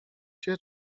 się